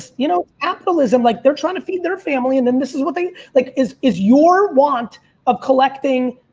you know, apple, isn't like, they're trying to feed their family. and then this is what they, like, is is your want of collecting,